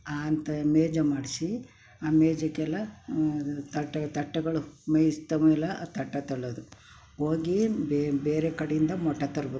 ಅಂತ ಮೇಜು ಮಾಡಿಸಿ ಆ ಮೇಜಿಗೆಲ್ಲ ಅದು ತಟ್ಟೆ ತಟ್ಟೆಗಳು ಮೇಯಿಸ್ತಾ ಆ ತಟ್ಟೆ ತೊಳೆಯೋದು ಹೋಗಿ ಬೇರೆ ಕಡೆಯಿಂದ ಮೊಟ್ಟೆ ತರಬೇಕು